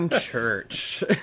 Church